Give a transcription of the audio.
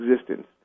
existence